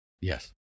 Yes